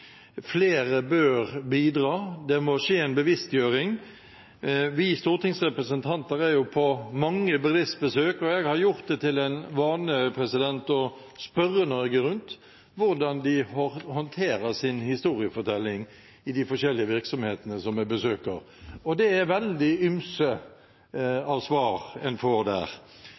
Flere bør bidra. Det må skje en bevisstgjøring. Vi stortingsrepresentanter er på mange bedriftsbesøk, og jeg har gjort det til en vane å spørre når jeg er rundt omkring, om hvordan de håndterer sin historiefortelling i de forskjellige virksomhetene som jeg besøker. Det er veldig ymse av svar en får der.